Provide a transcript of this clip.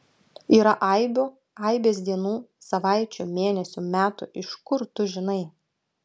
yra aibių aibės dienų savaičių mėnesių metų iš kur tu žinai